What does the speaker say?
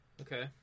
Okay